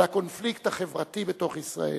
על הקונפליקט החברתי בתוך ישראל,